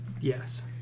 Yes